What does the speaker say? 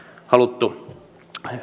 haluttu